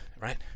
right